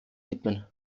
widmen